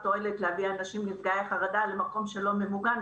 תועלת להביא אנשים נפגעי חרדה למקום שאינו ממוגן.